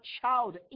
child